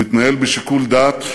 הוא התנהל בשיקול דעת,